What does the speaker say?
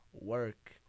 work